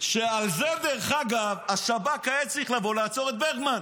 שעל זה השב"כ היה צריך לבוא ולעצור את ברגמן.